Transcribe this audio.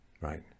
Right